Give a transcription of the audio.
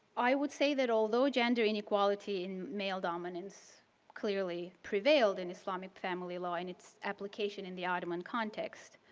i would say that although gender inequality and male dominance clearly prevailed in islamic family law and its application in the ottoman context,